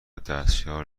دستیار